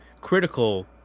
critical